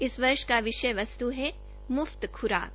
इस वर्ष का विषय वस्त है मृफ्त खुराक